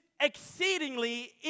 exceedingly